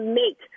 make